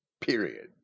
period